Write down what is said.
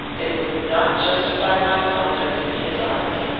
they would not justify my conduct in his eyes.